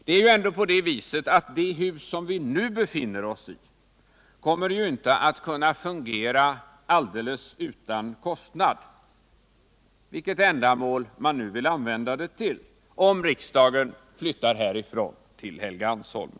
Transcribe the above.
Det hus som vi nu befinner oss i kommer ju inte att kunna fungera alldeles utan kostnad, oavsett vilket ändamål man vill använda det till, om riksdagen flyttar härifrån till Helgeandsholmen.